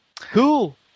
Cool